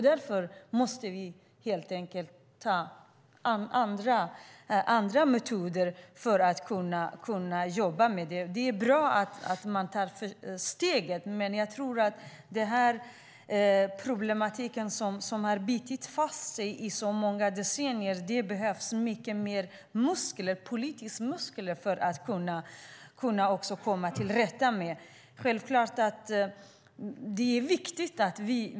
Därför måste vi helt enkelt ha andra metoder för att kunna jobba med detta. Det är bra att man tar steget, men för att komma till rätta med denna problematik, som har bitit sig fast i så många decennier, tror jag att det behövs mycket mer politiska muskler. Det är viktigt.